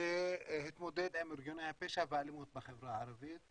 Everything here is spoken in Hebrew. להתמודד עם ארגוני הפשע והאלימות בחברה הערבית.